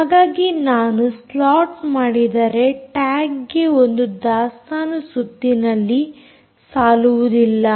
ಹಾಗಾಗಿ ನಾನು ಸ್ಲಾಟ್ ಮಾಡಿದರೆ ಟ್ಯಾಗ್ಗೆ ಒಂದು ದಾಸ್ತಾನು ಸುತ್ತಿನಲ್ಲಿ ಸಾಲುವುದಿಲ್ಲ